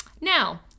Now